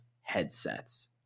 headsets